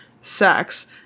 sex